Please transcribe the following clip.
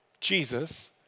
Jesus